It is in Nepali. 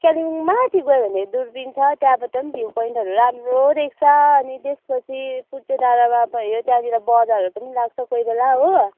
कालिम्पोङ माथि गयो भने दुर्पिन छ त्यहाँबाट पनि भ्यू पोइन्टहरू राम्रो देख्छ अनि त्यसपछि पुजे डाँडामा भयो त्यहाँनिर बजारहरू पनि लाग्छ कोही बेला हो